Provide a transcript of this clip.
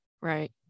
Right